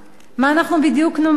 מה אנחנו בדיוק נאמר?